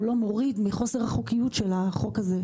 הוא לא מוריד מחוסר החוקיות של החוק הזה.